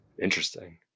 interesting